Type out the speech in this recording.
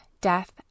death